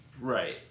Right